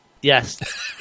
Yes